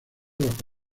bajo